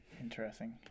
Interesting